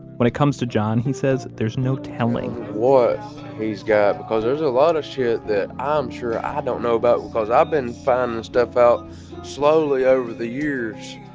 when it comes to john, he says, there's no telling he's got, because there's a lot of shit that i'm sure i don't know about, because i've been finding stuff out slowly over the years.